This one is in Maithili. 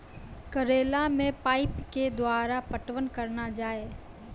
करेला मे पाइप के द्वारा पटवन करना जाए?